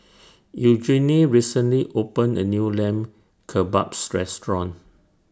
Eugenie recently opened A New Lamb Kebabs Restaurant